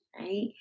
right